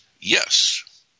yes